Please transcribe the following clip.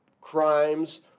crimes